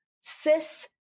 cis